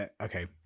okay